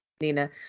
Nina